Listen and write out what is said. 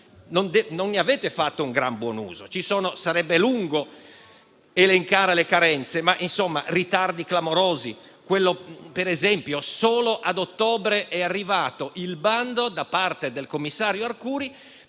non ne avete fatto un gran buon uso; sarebbe lungo elencare le carenze, ma ci sono stati ritardi clamorosi (per esempio, solo ad ottobre è arrivato il bando da parte del commissario Arcuri